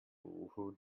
who